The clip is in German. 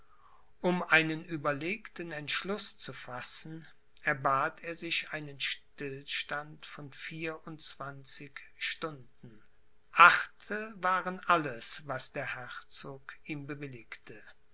um einen überlegten entschluß zu fassen erbat er sich einen stillstand von vier und zwanzig stunden achte waren alles was der herzog ihm bewilligte